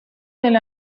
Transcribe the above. del